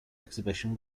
exhibition